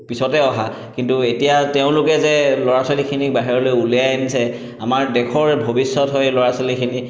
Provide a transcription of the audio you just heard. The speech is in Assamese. পিছতে অহা কিন্তু এতিয়া তেওঁলোকে যে ল'ৰা ছোৱালীখিনিক বাহিৰলৈ উলিয়াই আনিছে আমাৰ দেশৰ ভৱিষ্যত হয় এই ল'ৰা ছোৱালীখিনি